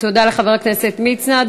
תודה לחבר הכנסת מצנע.